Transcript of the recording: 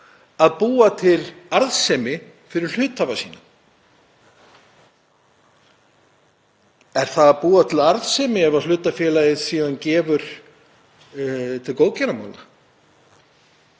að búa til arðsemi fyrir hluthafa sína. Er það að búa til arðsemi ef hlutafélagið gefur til góðgerðarmála?